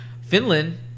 finland